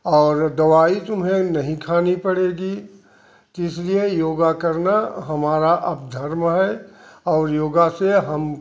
और दवाई तुम्हें नहीं खानी पड़ेगी कि इसीलिए योगा करना हमारा अब धर्म है और योग से हम